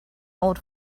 old